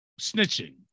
snitching